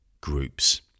groups